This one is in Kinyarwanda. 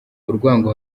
urwango